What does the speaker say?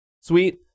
Sweet